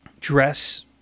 dress